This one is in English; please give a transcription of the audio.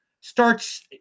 starts